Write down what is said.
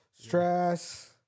Stress